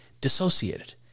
dissociated